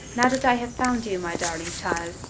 now that i have found you, my darling child,